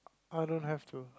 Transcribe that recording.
oh don't have to